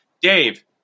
Dave